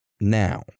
now